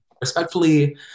respectfully